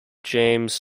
james